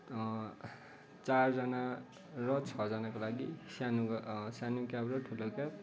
चारजना र छजनाको लागि सानो सानो क्याब र ठुलो क्याब